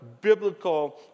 biblical